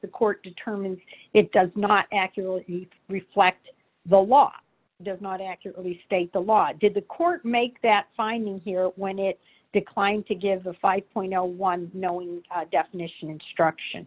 the court determines it does not accurately reflect the law does not accurately state the law did the court make that finding here when it declined to give a five point one knowing definition instruction